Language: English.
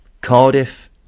Cardiff